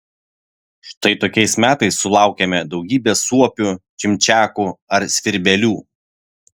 štai tokiais metais sulaukiame daugybės suopių čimčiakų ar svirbelių